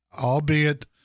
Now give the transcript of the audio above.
albeit